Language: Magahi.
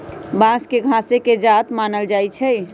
बांस के घासे के जात मानल जाइ छइ